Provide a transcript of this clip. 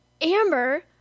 Amber